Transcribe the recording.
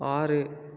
ஆறு